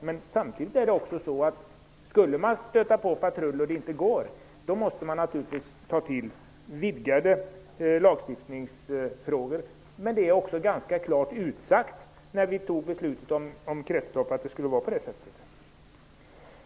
Men skulle man stöta på patrull i detta arbete, måste man gå fram med förslag till lagstiftning. Detta utsades också ganska klart när vi fattade kretsloppsbeslutet.